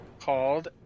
Called